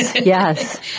yes